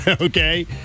okay